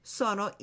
sono